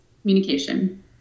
communication